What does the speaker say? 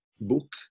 book